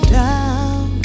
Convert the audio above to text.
down